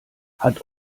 hat